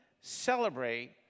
celebrate